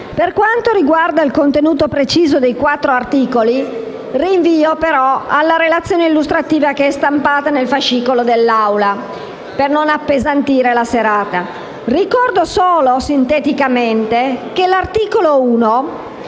Per quanto riguarda il contenuto preciso dei quattro articoli, rinvio alla relazione illustrativa stampata nel fascicolo dell'Assemblea, per non appesantire la serata. Ricordo solo sinteticamente che l'articolo 1